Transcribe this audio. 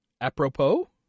Apropos